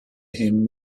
him